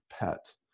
pet